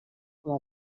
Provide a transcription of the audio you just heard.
com